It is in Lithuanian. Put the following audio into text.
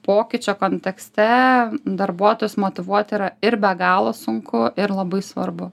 pokyčio kontekste darbuotojus motyvuoti yra ir be galo sunku ir labai svarbu